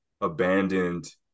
abandoned